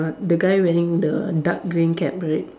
the guy wearing the dark green cap right